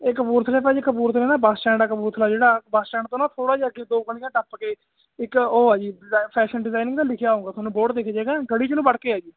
ਇਹ ਕਪੂਰਥਲੇ ਭਾਜੀ ਕਪੂਰਥਲੇ ਨਾ ਬੱਸ ਸਟੈਂਡ ਆ ਕਪੂਰਥਲਾ ਜਿਹੜਾ ਬੱਸ ਸਟੈਂਡ ਤੋਂ ਨਾ ਥੋੜਾ ਜਿਹਾ ਅੱਗੇ ਦੋ ਗਲੀਆਂ ਟੱਪ ਕੇ ਇੱਕ ਉਹ ਆਜੀ ਫੈਸ਼ਨ ਡਿਜ਼ਾਇਨਿੰਗ ਦਾ ਲਿਖਿਆ ਹੋਊਗਾ ਤੁਹਾਨੂੰ ਬੋਰਡ ਦਿਖ ਜਾਏਗਾ ਗੜੀ ਚ ਨੂੰ ਵੜ ਕੇ ਆ ਜੀ